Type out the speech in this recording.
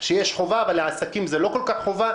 כשיש חובה, אבל לעסקים זה לא כל כך חובה.